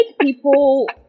people